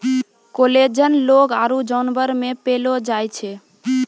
collagen लोग आरु जानवर मे पैलो जाय छै